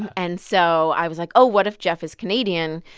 and so i was like, oh, what if jeff is canadian?